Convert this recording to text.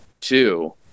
two